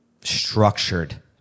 structured